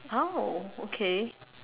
oh okay